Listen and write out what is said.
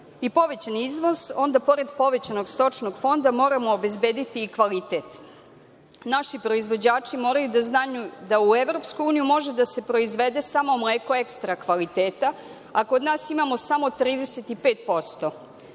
i povećan izvoz, onda, pored povećanog stočnog fonda, moramo obezbediti i kvalitet. Naši proizvođači moraju da znaju da u Evropsku uniju može da se proizvede samo mleko ekstra kvaliteta, a kod nas imamo samo 35%.